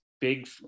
big